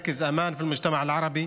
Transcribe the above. (אומר בערבית: מרכז אמאן לחברה הערבית,)